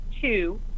Two